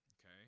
okay